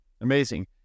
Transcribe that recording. Amazing